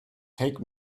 take